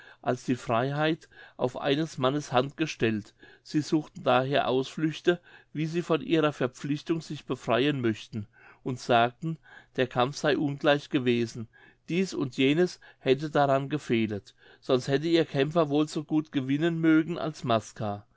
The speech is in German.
als die freiheit auf eines mannes hand gestellt sie suchten daher ausflüchte wie sie von ihrer verpflichtung sich befreien möchten und sagten der kampf sei ungleich gewesen dieß und jenes hätte daran gefehlet sonst hätte ihr kämpfer wohl so gut gewinnen mögen als maska